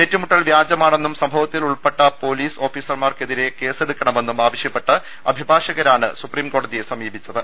ഏറ്റുമുട്ടൽ വ്യാജമാണെന്നും സംഭവ ത്തിൽ ഉൾപ്പെട്ടു പൊലീസ് ഓഫീസർമാർക്കെതിരെ കേസെടുക്ക ണമെന്നും ആവശ്യപ്പെട്ട് അഭിഭാഷകരാണ് സുപ്രീംകോടതിയെ സമീപിച്ചത്